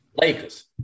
Lakers